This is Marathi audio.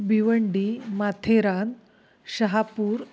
भिवंडी माथेरान शहापूर